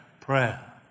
prayer